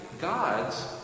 God's